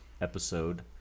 episode